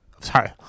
Sorry